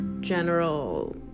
general